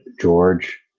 George